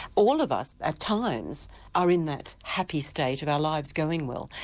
all of us at times are in that happy state of our lives going well,